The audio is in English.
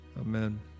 Amen